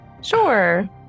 Sure